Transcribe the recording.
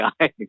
guys